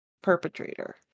perpetrator